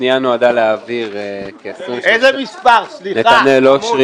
הפנייה נועדה להעביר 23.8 מיליון שקלים